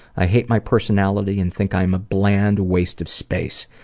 i hate my personality and think i am a bland waste of space.